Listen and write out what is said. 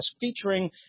featuring